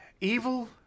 Evil